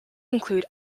include